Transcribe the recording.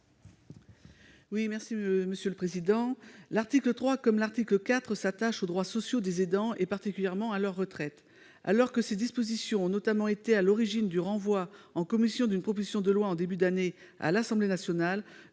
Guidez, sur l'article. Comme l'article 4, l'article 3 s'attache aux droits sociaux des aidants et, particulièrement, à leur retraite. Alors que ces dispositions ont notamment été à l'origine du renvoi en commission d'une proposition de loi en début d'année à l'Assemblée nationale,